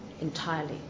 entirely